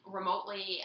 remotely